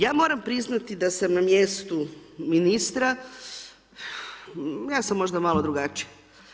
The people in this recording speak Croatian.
Ja moram priznati da sam na mjestu ministra, ja sam možda malo drugačija.